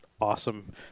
awesome